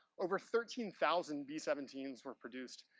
over thirteen thousand b seventeen s were produced.